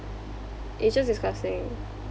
it's just disgusting